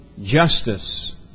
justice